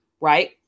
right